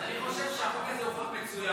אז אני חושב שהחוק הזה הוא חוק מצוין.